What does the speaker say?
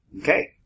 Okay